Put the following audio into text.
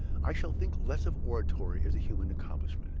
i shall think less of oratory as a human accomplishment,